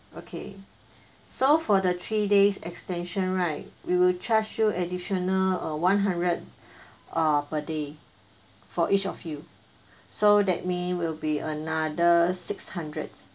okay so for the three days extension right we will charge you additional uh one hundred uh per day for each of you so that mean will be another six hundred